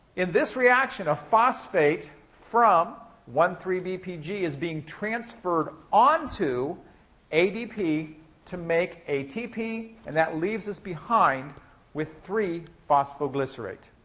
in this reaction, a phosphate from one zero three bpg is being transferred onto adp to make atp, and that leaves us behind with three phosphoglycerate.